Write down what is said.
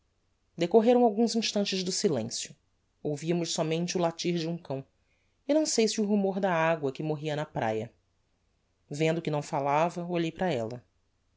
decorreram alguns instantes do silencio ouviamos sómente o latir de um cão e não sei se o rumor da agua que morria na praia vendo que não falava olhei para ella